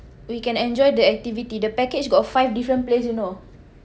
we can enjoy the activity the package got five different place you know